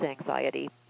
anxiety